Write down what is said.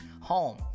home